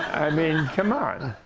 i mean, come on.